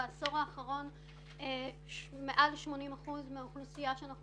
בעשור האחרון מעל 80 אחוזים האוכלוסייה אותה